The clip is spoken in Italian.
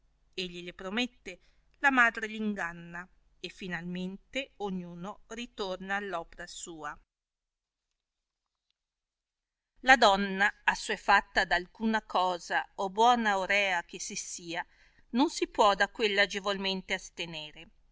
egli le promette la madre l'inganna e finalmente ogn uno ritorna all opra sua la donna assuefatta ad alcuna cosa o buona o rea che si sia non si può da quella agevolmente astenere